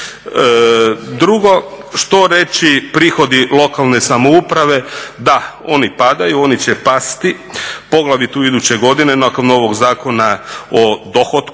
Drugo što reći prihodi lokalne samouprave, da oni padaju, oni će pasti poglavito iduće godine nakon ovog Zakona o dohotku